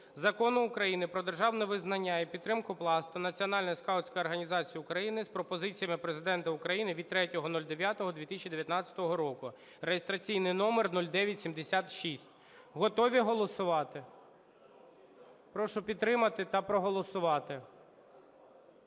Закону України "Про державне визнання і підтримку Пласту – Національної скаутської організації України" з пропозиціями Президента України від 03.09.2019 року (реєстраційний номер 0976). Готові голосувати? Прошу підтримати та проголосувати.